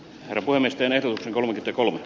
hän voimistelee kolme piste kolme